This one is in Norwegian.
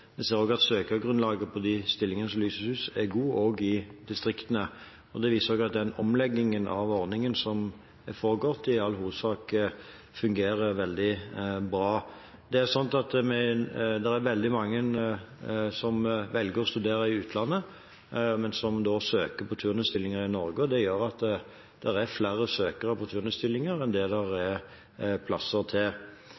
Vi ser også at søkergrunnlaget for de stillingene som lyses ut, er godt også i distriktene. Det viser at den omleggingen av ordningen som har foregått, i all hovedsak fungerer veldig bra. Det er veldig mange som velger å studere i utlandet, men som søker på turnusstillinger i Norge, og det gjør at det er flere søkere på turnusstillinger enn det er